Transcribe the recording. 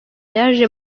yaje